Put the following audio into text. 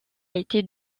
été